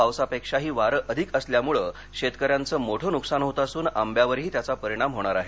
पावसापेक्षाही वारं अधिक असल्यामुळं शेतक यांचं मोठे नुकसान होत असून आंब्यावरही त्याचा परिणाम होणार आहे